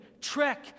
trek